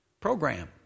program